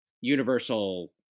universal